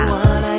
one